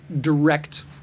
direct